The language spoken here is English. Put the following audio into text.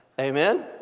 Amen